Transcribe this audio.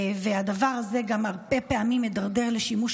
והדבר הזה הרבה פעמים גם מידרדר לשימוש